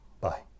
Bye